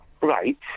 Right